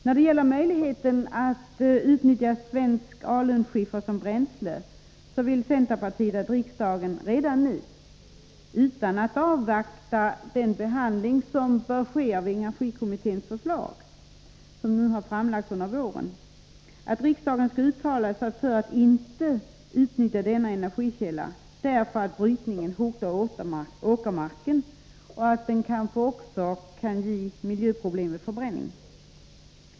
När det gäller möjligheten att utnyttja svensk alunskiffer som bränsle vill centerpartiet att riksdagen redan nu — utan att avvakta behandlingen av det förslag som framlades av energikommittén i våras — skall uttala sig för att inte utnyttja denna energikälla, därför att brytningen hotar åkermark och att förbränningen av skiffer kanske kan ge miljöproblem.